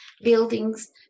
buildings